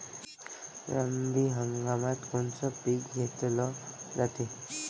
रब्बी हंगामात कोनचं पिक घेतलं जाते?